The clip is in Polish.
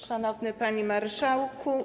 Szanowny Panie Marszałku!